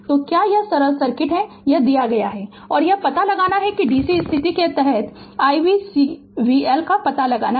तो क्या यह सरल सर्किट है यह दिया गया है और यह पता लगाना है कि dc स्थिति के तहत i v C v L का पता लगाना है